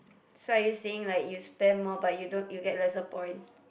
so are you saying like you spend more but you don't you get lesser points